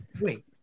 Wait